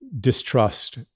distrust